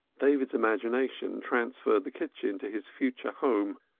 david's imagination transferred the kitchen to his future home,